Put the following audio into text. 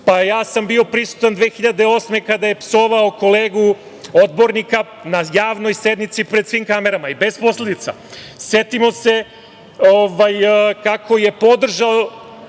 sam bio prisutan 2008. godine, kada je psovao kolegu odbornika na javnoj sednici pred svim kamerama i bez posledica. Setimo se kako je podržao